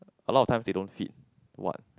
a lot of times they don't fit what